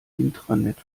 intranet